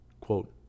quote